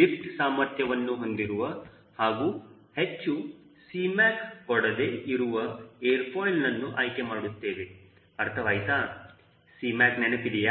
lift ಸಾಮರ್ಥ್ಯವನ್ನು ಹೊಂದಿರುವ ಹಾಗೂ ಹೆಚ್ಚು Cmac ಕೊಡದೆ ಇರುವ ಏರ್ ಫಾಯಿಲ್ ನನ್ನು ಆಯ್ಕೆ ಮಾಡುತ್ತೇವೆ ಅರ್ಥವಾಯಿತಾ Cmac ನೆನಪಿದೆಯಾ